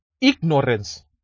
ignorance